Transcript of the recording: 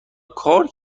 کار